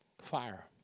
fire